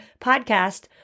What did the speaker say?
podcast